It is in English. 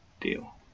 Deal